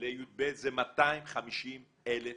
י"ב זה 250,000 שקלים.